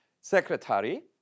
secretary